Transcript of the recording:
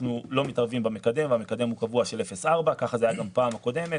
אנחנו לא מתערבים במקדם והמקדם הוא קבוע של 0.4. כך היה גם בפעם הקודמת